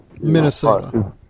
Minnesota